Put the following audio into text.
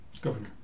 governor